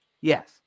Yes